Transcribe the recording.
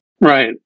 right